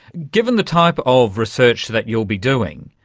given the type of research that you'll be doing,